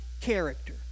character